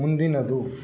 ಮುಂದಿನದು